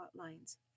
hotlines